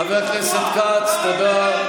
חבר הכנסת כץ, תודה.